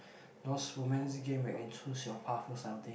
those romance game where you can choose your path or something